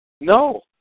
No